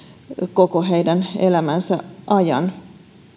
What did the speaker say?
koko heidän elämänsä ajan